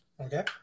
Okay